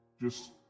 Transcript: Just-